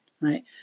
Right